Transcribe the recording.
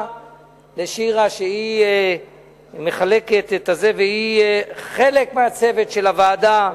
ולשירה שהיא מחלקת, והיא חלק מהצוות של הוועדה.